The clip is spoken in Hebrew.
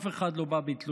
אף אחד לא בא בתלונות.